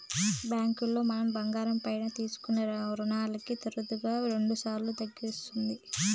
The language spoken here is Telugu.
బ్యాంకులో మనం బంగారం పైన తీసుకునే రునాలకి తరుగుదల రెండుసార్లు తగ్గుతాది